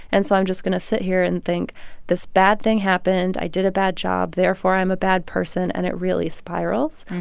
and so i'm just going to sit here and think this bad thing happened. i did a bad job. therefore, i'm a bad person, and it really spirals.